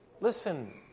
Listen